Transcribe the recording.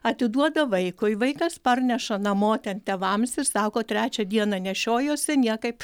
atiduoda vaikui vaikas parneša namo ten tėvams ir sako trečią dieną nešiojuosi niekaip